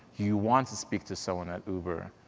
you want to speak to someone at uber,